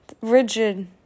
rigid